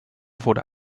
wurde